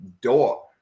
door